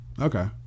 Okay